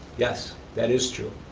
yes, that is true.